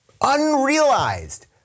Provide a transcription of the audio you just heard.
Unrealized